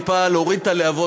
טיפה להוריד את הלהבות,